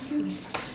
okay